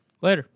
Later